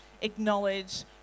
acknowledge